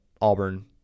Auburn